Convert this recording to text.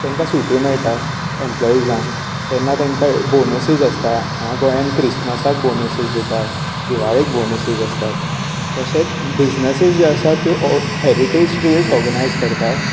तांकां सुट्यो मेळटात एम्पलोइजांक केन्ना तांकां बॉनसीस आसता गोंयांत क्रिस्मसाक बॉनसीस दितात दिवालेक बॉनसीस आसतात तशेच बिजनसीज ज्यो आसतात त्यो हेरिटॅज ट्रॅल्स ओर्गनायज करतात